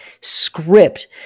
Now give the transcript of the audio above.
script